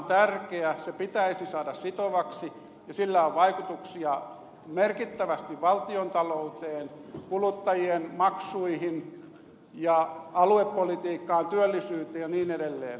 se pitäisi saada sitovaksi ja sillä on merkittävästi vaikutuksia valtiontalouteen kuluttajien maksuihin ja aluepolitiikkaan työllisyyteen ja niin edelleen